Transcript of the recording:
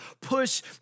push